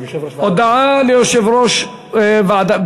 הודעה ליושב-ראש ועדת,